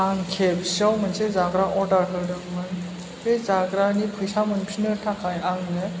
आं K F C आव मोनसे जाग्रा अर्दार होदोंमोन बे जाग्रानि फैसा मोनफिन्नो थाखाय आंनो